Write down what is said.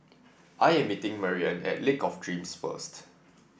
I am meeting Marianne at Lake of Dreams first